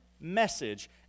message